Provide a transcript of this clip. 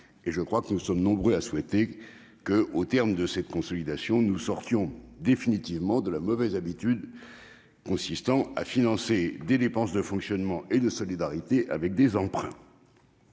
et je crois que nous sommes nombreux à souhaiter que, au terme de cette consolidation, nous sortions définitivement de la mauvaise habitude consistant à financer des dépenses de fonctionnement et de solidarité avec des emprunts.